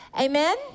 amen